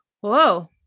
Whoa